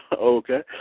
Okay